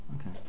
Okay